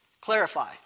Clarify